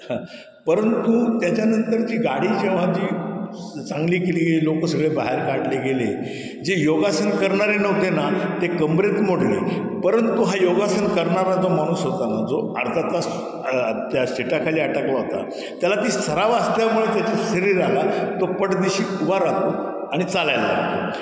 ह परंतु त्याच्यानंतर जी गाडी जेव्हा जी चांगली केली लोकं सगळे बाहेर काढले गेले जे योगासन करणारे नव्हते ना ते कमरेत मोडले परंतु हा योगासन करणारा जो माणूस होता ना जो अर्धा तास त्या सीटाखाली अडकला होता त्याला ती सराव असल्यामुळे त्याची शरीराला तो पटदिशी उभा राहतो आणि चालायला लागतो